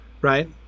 right